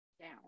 down